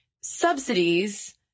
subsidies